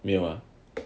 没有啊